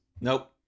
Nope